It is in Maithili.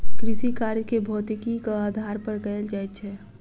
कृषिकार्य के भौतिकीक आधार पर कयल जाइत छै